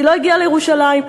היא לא הגיעה לירושלים,